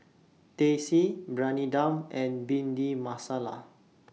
Teh C Briyani Dum and Bhindi Masala